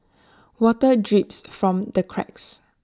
water drips from the cracks